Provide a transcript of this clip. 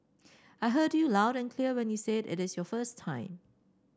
I heard you loud and clear when you said it is your first time